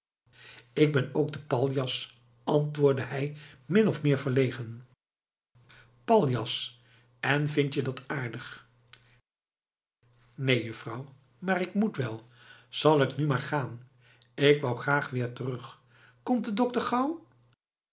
k ben ook de paljas antwoordt hij min of meer verlegen paljas en vind je dat aardig neen juffrouw maar ik moet wel zal ik nu maar gaan k wou graag weer terug komt de dokter gauw